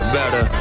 better